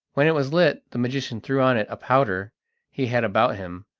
when it was lit the magician threw on it a powder he had about him,